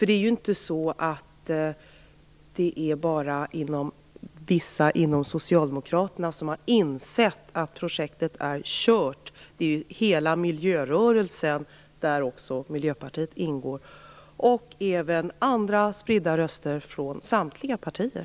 Det är inte bara vissa inom Socialdemokraterna som har insett att projektet är "kört". Det har hela miljörörelsen, där även Miljöpartiet ingår, gjort. Och det finns även andra spridda röster från samtliga partier.